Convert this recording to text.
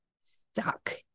stuck